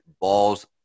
balls